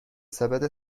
سبد